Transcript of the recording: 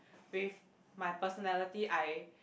with my personality I